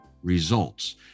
results